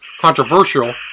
Controversial